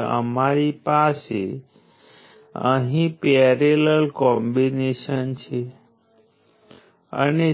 આવા એલિમેન્ટને passive element તરીકે ઓળખવામાં આવે છે